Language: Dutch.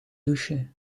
douche